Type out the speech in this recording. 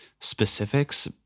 specifics